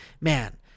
man